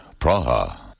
Praha